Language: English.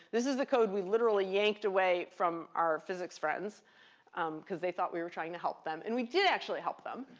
this is the code we literally yanked away from our physics friends because they thought we were trying to help them. and we did actually help them.